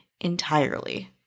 entirely